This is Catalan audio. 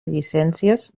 llicències